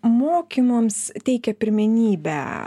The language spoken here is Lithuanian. mokymams teikia pirmenybę